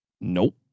Nope